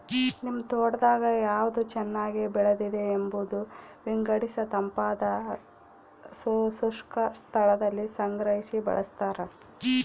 ನಿಮ್ ತೋಟದಾಗ ಯಾವ್ದು ಚೆನ್ನಾಗಿ ಬೆಳೆದಿದೆ ಎಂಬುದ ವಿಂಗಡಿಸಿತಂಪಾದ ಶುಷ್ಕ ಸ್ಥಳದಲ್ಲಿ ಸಂಗ್ರಹಿ ಬಳಸ್ತಾರ